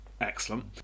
Excellent